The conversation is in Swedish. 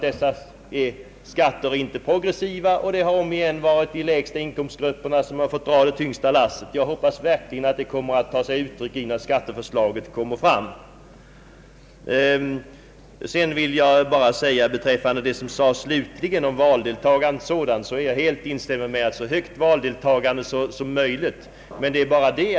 Dessa skatter är inte progressiva, och det är de lägsta inkomstgrupperna som fått dra det tyngsta lasset. Jag hoppas verkligen att denna nya inställning kommer till uttryck i det nya skatteförslaget. Jag instämmer naturligtvis sedan i vad statsministern sade om att valdeltagandet bör vara så högt som möjligt.